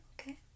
Okay